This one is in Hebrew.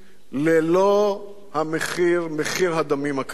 ללא מחיר הדמים הכבד?